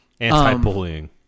Anti-bullying